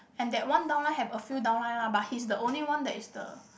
and that one down line have a few down line lah but he's the only one that is the